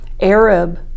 Arab